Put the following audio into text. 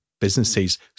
businesses